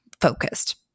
focused